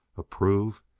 approve?